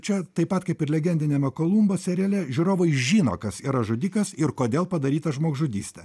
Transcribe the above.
čia taip pat kaip ir legendiniame kolumbo seriale žiūrovai žino kas yra žudikas ir kodėl padarytą žmogžudystė